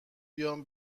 بیام